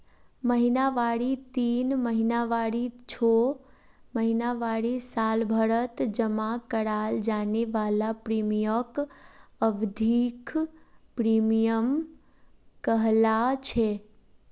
महिनावारी तीन महीनावारी छो महीनावारी सालभरत जमा कराल जाने वाला प्रीमियमक अवधिख प्रीमियम कहलाछेक